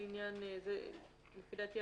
- לפי דעתי,